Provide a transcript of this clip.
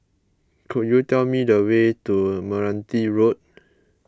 could you tell me the way to Meranti Road